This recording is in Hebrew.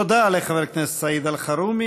תודה לחבר הכנסת סעיד אלחרומי.